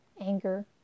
anger